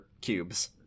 cubes